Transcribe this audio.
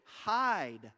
hide